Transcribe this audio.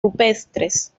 rupestres